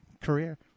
career